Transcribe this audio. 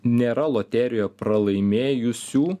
nėra loterijoje pralaimėjusių